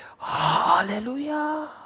hallelujah